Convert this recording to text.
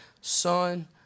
son